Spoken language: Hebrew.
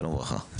שלום וברכה.